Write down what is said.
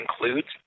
includes